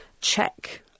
check